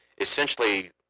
essentially